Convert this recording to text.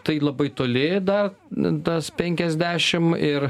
tai labai toli da tas penkiasdešim ir